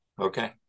Okay